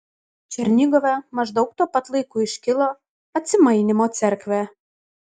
černigove maždaug tuo pat laiku iškilo atsimainymo cerkvė